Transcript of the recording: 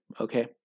Okay